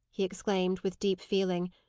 he exclaimed, with deep feeling,